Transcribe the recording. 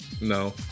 No